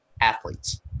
athletes